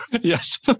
Yes